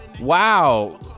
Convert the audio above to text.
wow